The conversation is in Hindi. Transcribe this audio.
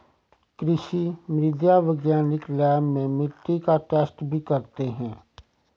कृषि मृदा वैज्ञानिक लैब में मिट्टी का टैस्ट भी करते हैं